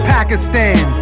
Pakistan